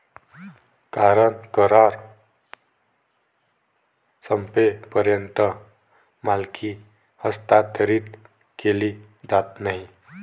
कारण करार संपेपर्यंत मालकी हस्तांतरित केली जात नाही